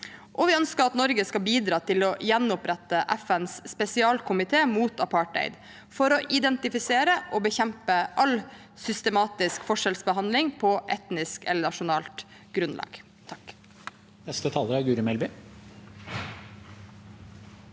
Vi ønsker også at Norge skal bidra til å gjenopprette FNs spesialkomité mot apartheid, for å identifisere og bekjempe all systematisk forskjellsbehandling på etnisk eller nasjonalt grunnlag.